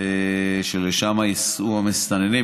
שאליה ייסעו המסתננים,